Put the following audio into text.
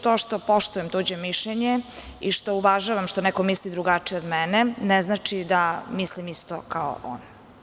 To što poštujem tuđe mišljenje i što uvažavam što neko misli drugačije od mene, ne znači da mislim isto kao on.